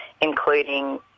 including